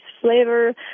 flavor